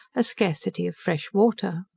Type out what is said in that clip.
a scarcity of fresh water.